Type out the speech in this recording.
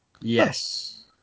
Yes